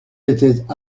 étaient